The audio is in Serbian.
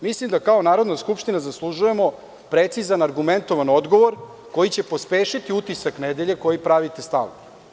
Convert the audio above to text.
Mislim da kao Narodna skupština zaslužujemo precizan, argumentovan odgovor koji će pospešiti utisak nedelje koji pravite stalno.